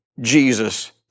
Jesus